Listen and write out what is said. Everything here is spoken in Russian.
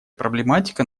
проблематика